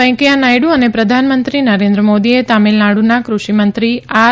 વૈંકેથા નાયડુ અને પ્રધાનમંત્રી નરેન્દ્ર મોદીએ તામિલનાડુના કૃષિમંત્રી આર